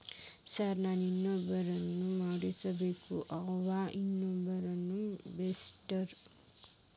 Sir ನಾನು insurance ಮಾಡಿಸಬೇಕು ಯಾವ ಇನ್ಶೂರೆನ್ಸ್ ಬೆಸ್ಟ್ರಿ?